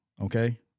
okay